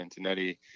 Antonetti